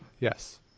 Yes